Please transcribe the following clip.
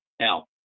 Now